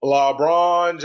LeBron